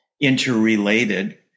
interrelated